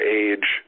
age